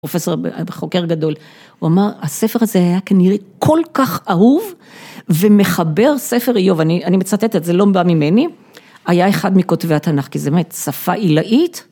פרופסור, חוקר גדול, הוא אמר, הספר הזה היה כנראה כל כך אהוב ומחבר ספר איוב, אני מצטטת, זה לא בא ממני, היה אחד מכותבי התנ״ך, כי זו באמת שפה עילאית.